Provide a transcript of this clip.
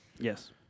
Yes